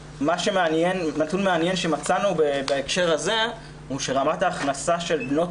נתון מעניין שמצאנו בהקשר הזה הוא שרמת ההכנסה של בנות